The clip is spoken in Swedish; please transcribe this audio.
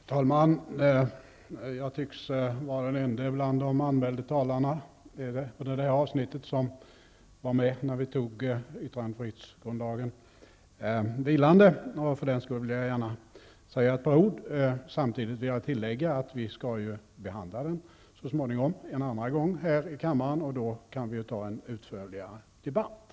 Herr talman! Jag tycks vara den ende av de anmälda talarna under det här avsnittet som var med när vi antog yttrandefrihetsgrundlagen, som nu är vilande, och för den skull vill jag gärna säga ett par ord. Jag vill tillägga att vi ju så småningom skall behandla den en andra gång här i kammaren, och då kan vi föra en utförligare debatt.